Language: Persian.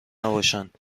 نباشند